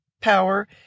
power